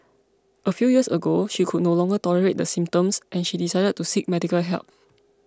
a few years ago she could no longer tolerate the symptoms and she decided to seek medical help